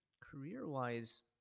career-wise